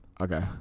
Okay